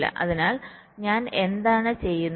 അതിനാൽ ഞാൻ എന്താണ് ചെയ്യുന്നത്